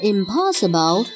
Impossible